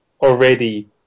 already